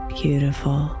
beautiful